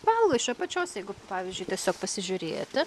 valgo iš apačios jeigu pavyzdžiui tiesiog pasižiūrėti